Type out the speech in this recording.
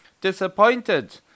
Disappointed